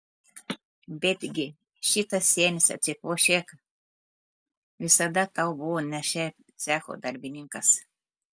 betgi šitas senis atsikvošėk visada tau buvo ne šiaip cecho darbininkas